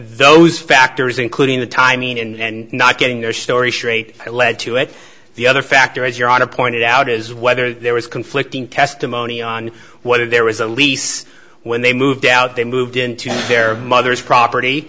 those factors including the timing and not getting their story straight led to it the other factor as you're out of pointed out is whether there was conflicting testimony on what it there was a lease when they moved out they moved into their mother's property